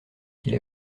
qu’il